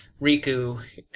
Riku